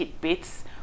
bits